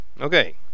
Okay